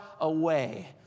away